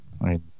right